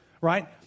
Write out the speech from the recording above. right